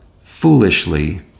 foolishly